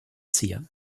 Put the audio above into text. ziehe